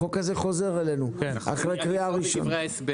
החוק הזה חוזר אלינו אחרי הקריאה הראשונה.